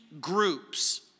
groups